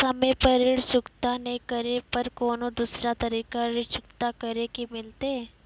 समय पर ऋण चुकता नै करे पर कोनो दूसरा तरीका ऋण चुकता करे के मिलतै?